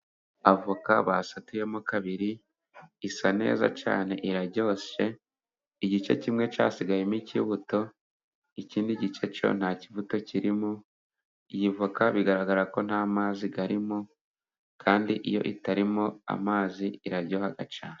Avoka basatuyemo kabiri. Isa neza cyane iraryoshye. Igice kimwe cyasigayemo ikibuto. Ikindi gice cyo nta kivuta kirimo. Iyi voka bigaragara ko nta mazi arimo. Kandi iyo itarimo amazi iraryoha cyane.